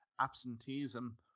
absenteeism